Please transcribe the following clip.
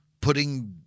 putting